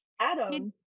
Adam